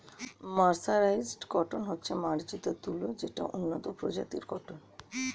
mercerised cotton হচ্ছে মার্জিত তুলো যেটা উন্নত প্রজাতির কটন